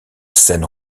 scène